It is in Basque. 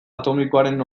atomikoaren